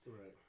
Right